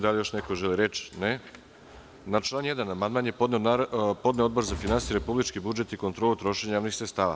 Da li neko želi reč? (Ne) Na član 1. amandman je podneo Odbor za finansije, republički budžet i kontrolu trošenja javnih sredstava.